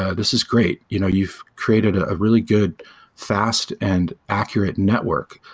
ah this is great. you know you've created a really good fast and accurate network,